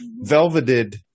velveted